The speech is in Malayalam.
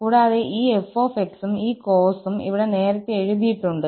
കൂടാതെ ഈ 𝑓𝑥 ഉം ഈ കോസും ഇവിടെ നേരത്തെ എഴുതിയിട്ടുണ്ട്